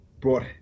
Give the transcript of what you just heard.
brought